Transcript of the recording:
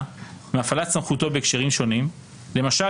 מהפעלת סמכותו בהקשרים שונים - למשל,